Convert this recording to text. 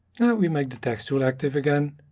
we make the text tool active again.